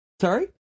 Sorry